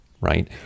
right